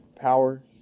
power